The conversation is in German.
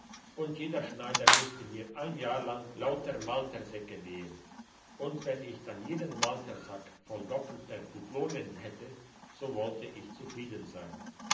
und jeder schneider müsste mir ein jahr lang lauter maltersäcke nähen und wenn ich dann jeden maltersack voll doppelte dublonen hätte so wollte ich zufrieden sein